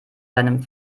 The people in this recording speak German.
seinem